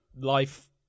life